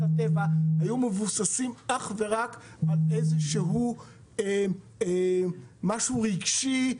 הטבע היו מבוססים אך ורק על איזשהו משהו רגשי,